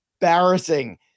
embarrassing